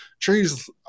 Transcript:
trees –